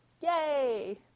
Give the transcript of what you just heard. Yay